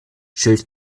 schild